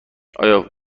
آیا